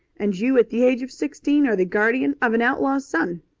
and you at the age of sixteen are the guardian of an outlaw's son.